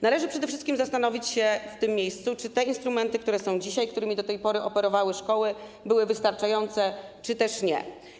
Należy przede wszystkim zastanowić się w tym miejscu, czy te instrumenty, które są dzisiaj, którymi do tej pory operowały szkoły, były wystarczające, czy nie.